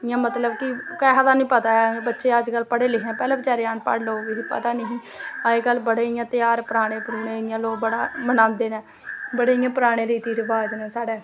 इयां मतलव की किसे दा नी पता ऐ बच्चे अज कल पढ़े लिखे न पैह्लै बचैरे अनपढ़ लोग पता नी हा अज कल बड़े इयां ध्याह्र पराने परूने इयां मनांदे नै बड़े इयां पराने रीति रवाज़ नै साढ़ै